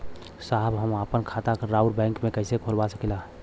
साहब हम आपन खाता राउर बैंक में कैसे खोलवा सकीला?